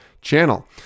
channel